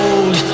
Old